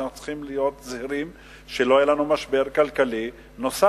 שאנחנו צריכים להיות זהירים שלא יהיה לנו משבר כלכלי נוסף,